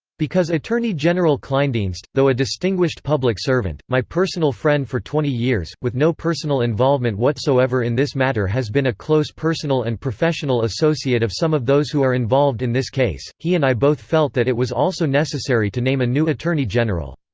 because attorney general kleindienst, though a distinguished public servant, my personal friend for twenty years, with no personal involvement whatsoever in this matter has been a close personal and professional associate of some of those who are involved in this case, he and i both felt that it was also necessary to name a new attorney general.